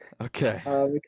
Okay